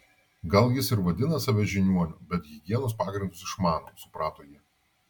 gal jis ir vadina save žiniuoniu bet higienos pagrindus išmano suprato ji